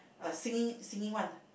a singing singing one